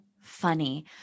funny